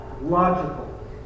logical